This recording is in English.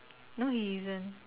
no he isn't